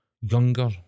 younger